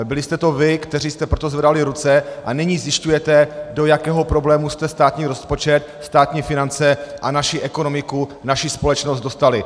Byli jste to vy, kteří jste pro to zvedali ruce, a nyní zjišťujete, do jakého problému jste státní rozpočet, státní finance a naši ekonomiku, naši společnost dostali.